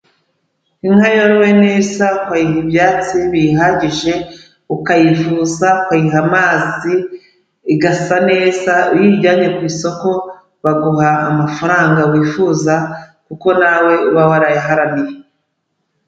Inka yorowe neze ukayiha ibyatsi biyihagije, ukayivuza, ukayiha amazi, igasa neza, uyijyanye ku isoko baguha amafaranga wifuza kuko nawe uba warayiharaniye.